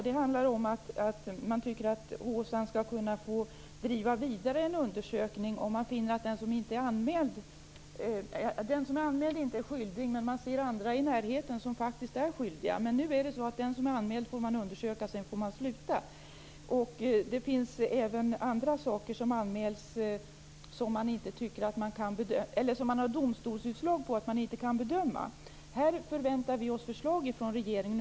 Det handlar om att man tycker att HSAN skall kunna få driva vidare en undersökning om man finner att den som är anmäld inte är skyldig men man ser andra i närheten som faktiskt är skyldiga. Nu är det så att man får undersöka den som är anmäld och sedan får man sluta. Det finns även andra saker som anmäls som det finns domstolsutslag på att man inte kan bedöma. Här förväntar vi oss förslag från regeringen.